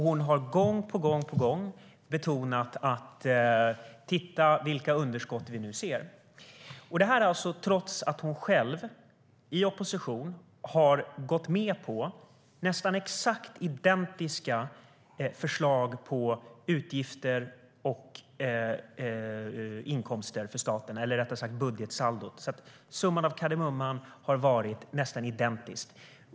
Hon har gång på gång betonat: Titta, vilka underskott vi nu ser! Det här är alltså trots att hon själv i opposition har gått med på nästan identiska förslag på utgifter och inkomster för staten, eller rättare sagt för budgetsaldot. Summan av kardemumman har alltså varit nästan identisk.